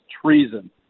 treason